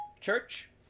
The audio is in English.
church